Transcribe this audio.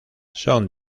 son